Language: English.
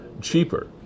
cheaper